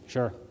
Sure